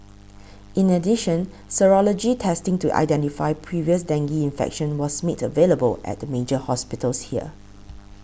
in addition serology testing to identify previous dengue infection was made available at the major hospitals here